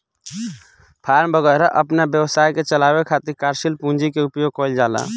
form वैगरह अपना व्यवसाय के चलावे खातिर कार्यशील पूंजी के उपयोग कईल जाला